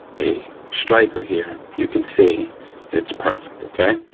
a striker here, you can see its perfect, okay.